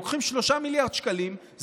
לוקחים 3 מיליארד שקלים,